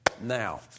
now